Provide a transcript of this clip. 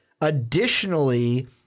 Additionally